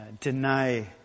deny